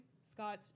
Scott